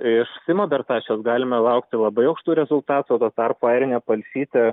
iš simo bertašiaus galime laukti labai aukštų rezultatų tuo tarpu airinė palšytė